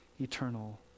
eternal